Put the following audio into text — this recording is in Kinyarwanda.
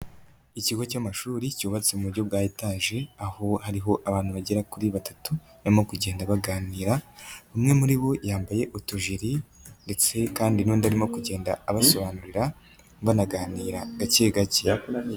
Ikigo cy'amashuri cyubatse mu buryo bwa etaje, aho hariho abantu bagera kuri batatu barimo kugenda baganira, umwe muri bo yambaye utujiri ndetse kandi n'undi arimo kugenda abasobanurira banaganira gake gake.